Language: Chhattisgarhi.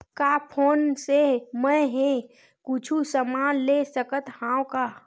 का फोन से मै हे कुछु समान ले सकत हाव का?